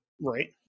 Right